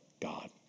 God